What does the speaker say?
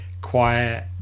quiet